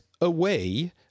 Away